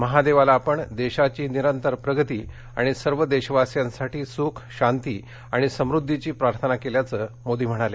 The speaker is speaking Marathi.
महादेवाला आपण देशाची निरंतर प्रगती आणि सर्व देशवासियांसाठी सुख शांती आणि समृद्धिची प्रार्थना केल्याचं मोदी यांनी सांगितलं